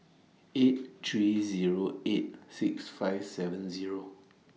eight three Zero eight six five seven Zero